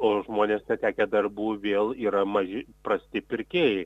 o žmonės netekę darbų vėl yra maži prasti pirkėjai